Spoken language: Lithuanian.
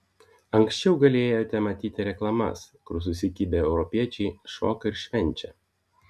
anksčiau galėjote matyti reklamas kur susikibę europiečiai šoka ir švenčia